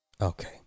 Okay